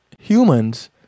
Humans